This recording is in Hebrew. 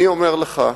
אני אומר לך,